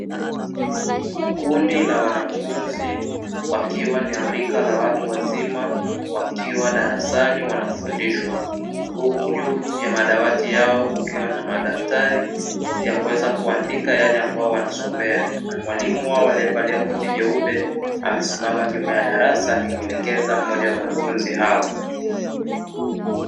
Kundi la wanafunzi wakiwa na rika la watu wazima wakiwa darasani wanafundishwa, huku juu ya madawati yao kukiwa na madaftari ya kuweza kuandika yale ambayo wanasomea na mwalimu wao aliyevalia koti jeupe, amesimama nyuma ya darasa akimuelekeza mmoja wa mwanafunzi hao.